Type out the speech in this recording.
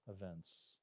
events